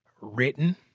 written